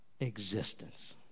existence